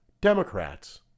Democrats